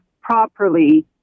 properly